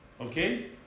Okay